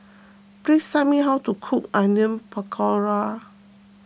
please tell me how to cook Onion Pakora